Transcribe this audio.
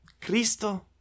Cristo